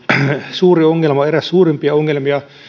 suuri ongelma eräs suurimpia ongelmia